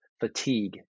fatigue